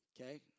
Okay